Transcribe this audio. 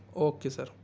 okay sir